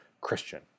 Christian